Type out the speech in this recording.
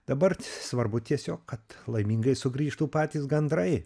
dabar svarbu tiesiog kad laimingai sugrįžtų patys gandrai